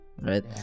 Right